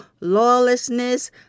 lawlessness